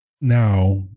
Now